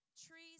trees